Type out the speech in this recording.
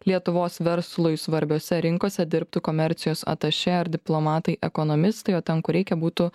lietuvos verslui svarbiose rinkose dirbtų komercijos atašė ar diplomatai ekonomistai o ten kur reikia būtų